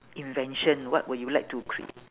invention what would you like to create